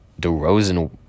DeRozan